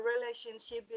relationship